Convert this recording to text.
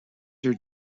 their